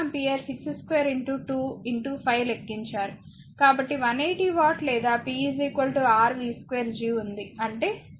కాబట్టి180 watt లేదా p rv2 G ఉంది అంటే 30 వోల్ట్ అవుతుంది